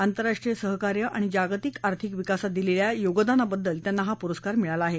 आंतरराष्ट्रीय सहकार्य आणि जागतिक आर्थिक विकासात दिलेल्या योगदानाबद्दल त्यांना हा पुरस्कार मिळाला आहे